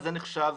זה נחשב